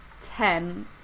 ten